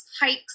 hikes